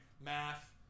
math